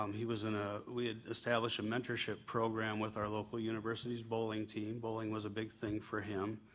um he was in a we established a mentorship program with our local university's bowling team, bowling was a big thing for him.